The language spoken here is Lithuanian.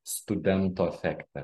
studento efekte